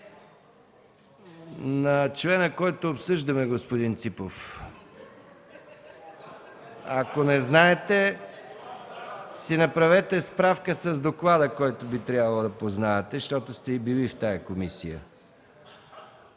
На члена, който обсъждаме, господин Ципов. Ако не знаете, си направете справка с доклада, който би трябвало да познавате, защото сте били в тази комисия.